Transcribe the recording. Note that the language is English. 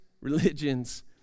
religions